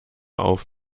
auf